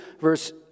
verse